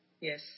yes